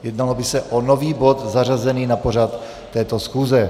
Jednalo by se o nový bod zařazený na pořad této schůze.